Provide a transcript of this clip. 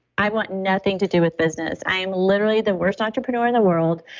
i want nothing to do with business. i am literally the worst entrepreneur in the world.